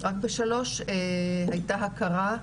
רק לשלוש הייתה הכרה,